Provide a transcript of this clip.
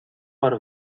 para